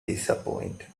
dissapointed